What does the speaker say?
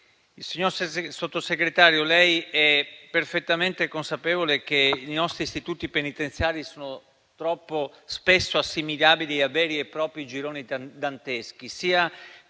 Signor Vice Ministro, lei è perfettamente consapevole che i nostri istituti penitenziari sono troppo spesso assimilabili a veri e propri gironi danteschi